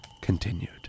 continued